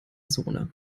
zone